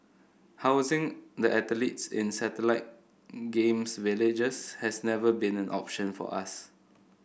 housing the athletes in satellite Games Villages has never been an option for us